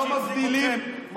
אתם ישבתם עם מנסור עבאס,